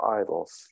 idols